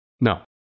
No